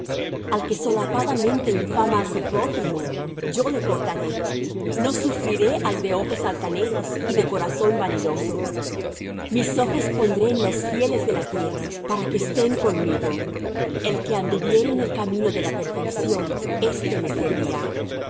al que solapadamente infama á su prójimo yo le cortaré no sufriré al de ojos altaneros y de corazón vanidoso mis ojos pondré en los fieles de la tierra para que estén conmigo el que anduviere en el camino de la perfección éste me sevirá